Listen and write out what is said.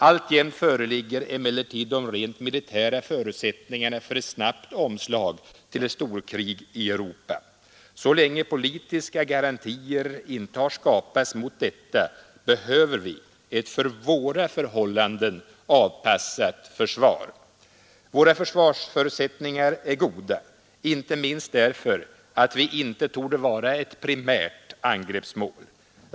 Alltjämt föreligger emellertid de rent militära förutsättningarna för ett snabbt omslag till ett storkrig i Europa. Så länge politiska garantier inte har skapats mot detta behöver vi ett efter våra förhållanden avpassat försvar. Våra försvarsförutsättningar är goda, inte minst därför att vi inte torde vara ett primärt angreppsmål.